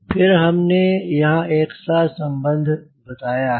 फिर हमने यहाँ पर एक सह संबंध बताया है